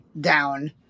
Down